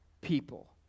people